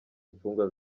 imfungwa